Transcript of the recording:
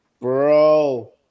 bro